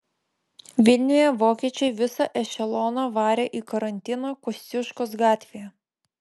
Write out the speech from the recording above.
vilniuje vokiečiai visą ešeloną varė į karantiną kosciuškos gatvėje